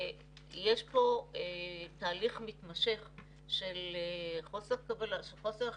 יש פה תהליך מתמשך של חוסר החלטיות,